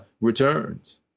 returns